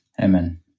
Amen